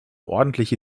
ordentliche